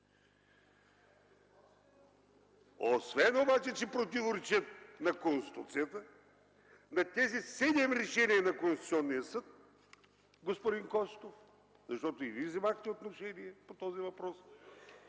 Освен обаче, че противоречат на Конституцията, на тези седем решения на Конституционния съд, господин Костов, защото и Вие взехте отношение по този въпрос